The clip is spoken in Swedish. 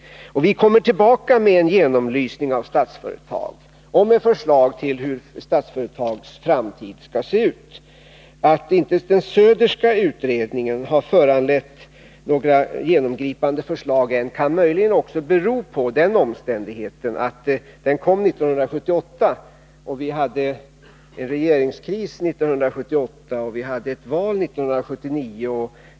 Vi kommer tillbaka med en genomlysning av Statsföretag och med förslag till hur Statsföretags framtid skall se ut. Att den Söderska utredningen ännu inte har föranlett några genomgripande förslag kan möjligen också bero på den omständigheten att den lades fram 1978. Vi hade en regeringskris 1978, och vi hade ett val 1979.